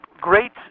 great